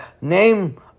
name